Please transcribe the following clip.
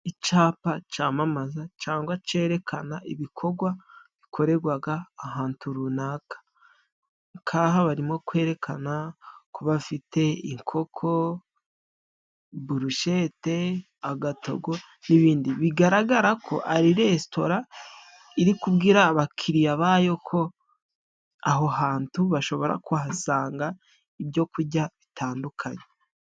Icapa camamaza cangwa cerekana ibikogwa bikoregwaga ahantu runaka. nk'aha barimo kwerekana ko bafite inkoko, burushete, agatogo n'ibindi. Bigaragara ko ari resitora iri kubwira abakiriya bayo ko aho hantu bashobora kuhasanga ibyo kurya bitandukanye.